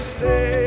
say